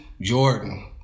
Jordan